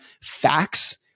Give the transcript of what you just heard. facts